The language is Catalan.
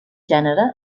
gènere